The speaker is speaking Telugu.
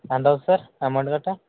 ఎంతవుతుంది సార్ అమౌంట్ గట్టా